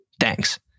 Thanks